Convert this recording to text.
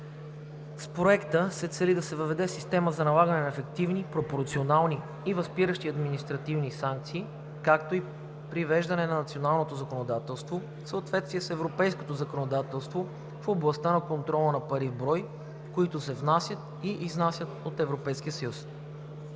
С Проекта се цели да се въведе система за налагане на ефективни, пропорционални и възпиращи административни санкции, както и привеждане на националното законодателство в съответствие с европейското законодателство в областта на контрола на пари в брой, които се внасят и изнасят от Европейския съюз.